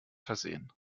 versehen